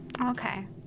okay